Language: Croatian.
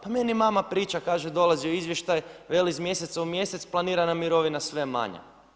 Pa meni mama priča, kaže – dolazi joj izvještaj – veli – iz mjeseca u mjesec planirana mirovina sve manja.